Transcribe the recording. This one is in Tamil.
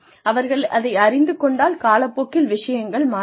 அவர்கள் அதை அறிந்து கொண்டால் காலப்போக்கில் விஷயங்கள் மாறலாம்